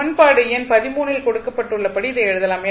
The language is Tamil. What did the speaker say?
சமன்பாடு எண் ல் கொடுக்கப்பட்டுள்ள படி இதை எழுதலாம்